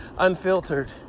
unfiltered